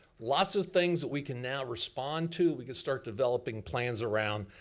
lots of things we can now respond to, we can start developing plans around.